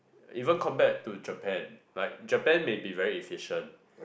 even compared to Japan like Japan may be very efficient